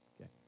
Okay